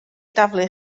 daflu